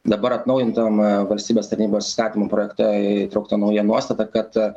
dabar atnaujintam valstybės tarnybos įstatymo projekte įtraukta nauja nuostata kad